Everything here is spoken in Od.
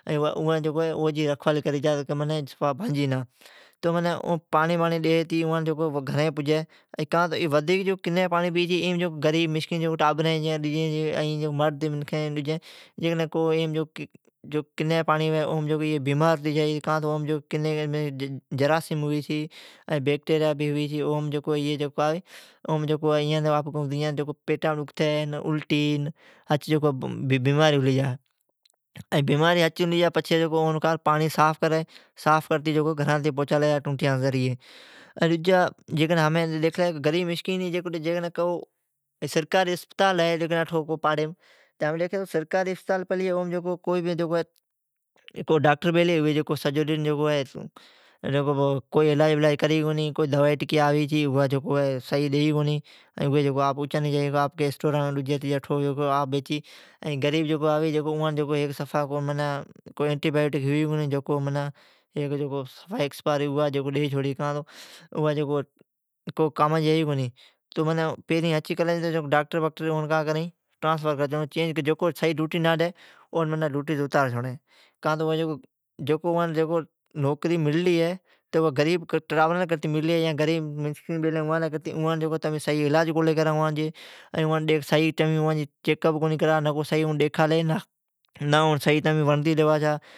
تو او اوجی رکھ والی کری تو جیو کوڑ بھاجی واجی نا ۔ تو معنی جکو غریب مسکین ھی اون خران پانڑی نا پیی اون خراب کنی پانڑی یامین بیمار ھنی لائی چھے ، اون جرائیسن ھوی چھے این بیکٹریا ھوی چھے اون ایان پیٹامین ڈکھتے الٹے ھا بیماری ھنی جا چھی ، پچھے کاکری تو صاف پانڑ ی کری این گھگرین تائین پوچالی جا ٹونٹیان جی ذرعی ،ڈجی سرکاری اسپتال ھی اٹھو ڈاکٹر تو بیلی ھوی پر سویا ڈجیا کو نی ھڑی اوی سجو ڈن فون ڈجی ھلائی پلی پر کان دواایا ڈجیا ڈئی کونی ، جکو دوایا ڈجیا آپ اچانی جائی چھی این کو غریب کو سٹھ اینٹی بائوٹک دوایا ھوی کو جکو ڈئی پچھی کو ایکسپائیر ھئی اوا ڈی کاتو اوا کماجی ھی کو مین کا کرین تو جکو ڈھوٹی سئی نا کری اون اتار چھو ڑی ، کاتو اوا جکو نوکری ملی ھی اوا اوا غریبا جی لی کرتو ملی ھی این تممی نا سئی چئیک کر نا تمی اوان ھی ڈیکھ اولی کرتئ